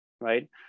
right